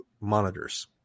monitors